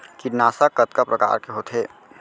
कीटनाशक कतका प्रकार के होथे?